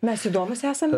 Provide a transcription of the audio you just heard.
mes įdomūs esam